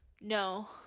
No